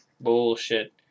bullshit